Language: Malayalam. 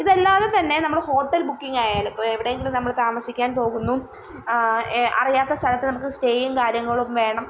ഇതല്ലാതെ തന്നെ നമ്മൾ ഹോട്ടൽ ബുക്കിങ്ങായാലും ഇപ്പം എവിടെയെങ്കിലും നമ്മൾ താമസിക്കാൻ പോകുന്നു അറിയാത്ത സ്ഥലത്ത് നമുക്ക് സ്റ്റേയും കാര്യങ്ങളും വേണം